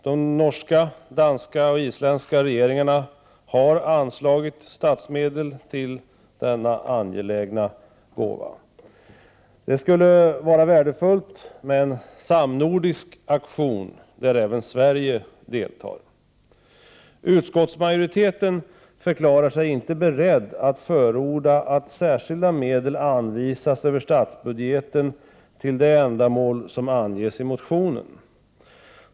De norska, danska och isländska regeringarna har anslagit statsmedel till denna angelägna gåva. Det skulle vara värdefullt med en samnordisk aktion, där även Sverige deltar. Utskottsmajoriteten förklarar sig inte beredd att förorda att särskilda medel anvisas över statsbudgeten till det ändamål som anges i motionen.